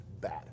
bad